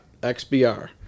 XBR